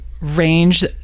range